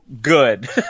good